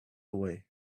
away